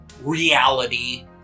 reality